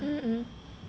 mmhmm